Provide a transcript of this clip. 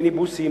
מיניבוסים,